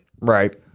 Right